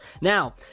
now